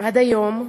עד היום,